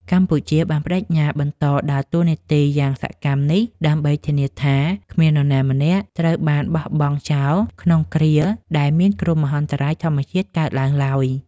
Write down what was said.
កម្ពុជាបានប្តេជ្ញាបន្តដើរតួនាទីយ៉ាងសកម្មនេះ ដើម្បីធានាថាគ្មាននរណាម្នាក់ត្រូវបានបោះបង់ចោលក្នុងគ្រាដែលមានគ្រោះមហន្តរាយធម្មជាតិកើតឡើងឡើយ។